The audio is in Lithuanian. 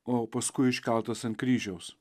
o paskui iškeltas ant kryžiaus